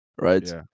right